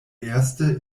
erste